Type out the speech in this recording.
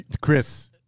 Chris